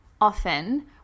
often